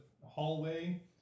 hallway